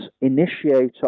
initiator